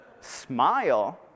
Smile